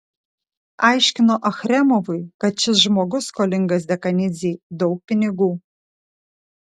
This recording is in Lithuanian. aiškino achremovui kad šis žmogus skolingas dekanidzei daug pinigų